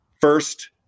first